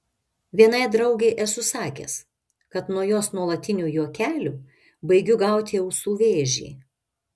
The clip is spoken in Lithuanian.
vienai draugei esu sakęs kad nuo jos nuolatinių juokelių baigiu gauti ausų vėžį